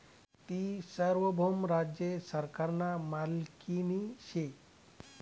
ती सार्वभौम राज्य सरकारना मालकीनी शे